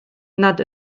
nad